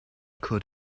could